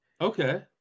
Okay